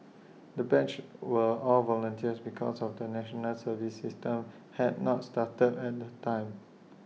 the batch were all volunteers because of National Service system had not started at the time